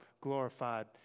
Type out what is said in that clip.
glorified